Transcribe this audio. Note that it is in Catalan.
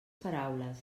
paraules